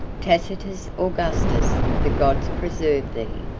tacitus augustus, the gods preserve thee!